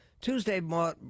Tuesday